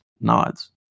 nods